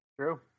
True